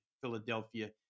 Philadelphia